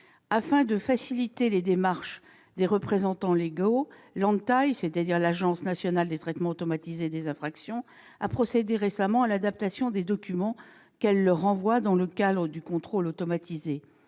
Afin de faciliter les démarches des représentants légaux, l'Agence nationale de traitement automatisé des infractions, ou ANTAI, a procédé récemment à l'adaptation des documents qu'elle leur envoie dans le cadre du contrôle automatisé.